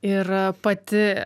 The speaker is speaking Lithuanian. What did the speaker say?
ir pati